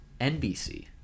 NBC